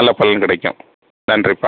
நல்லா பலன் கிடைக்கும் நன்றிப்பா